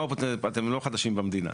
אתם לא חדשים במדינה.